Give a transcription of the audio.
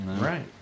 Right